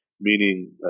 meaning